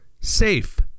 safe